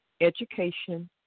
education